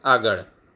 આગળ